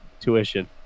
tuition